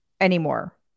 anymore